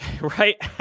Right